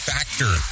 Factor